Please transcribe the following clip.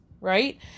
right